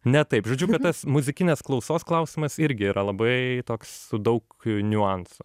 ne taip žodžiu kad tas muzikinės klausos klausimas irgi yra labai toks su daug niuansų